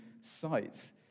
site